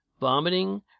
vomiting